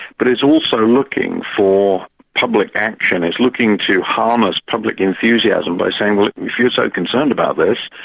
but it's also looking for public action, it's looking to harness public enthusiasm, by saying, well if you're so concerned about this,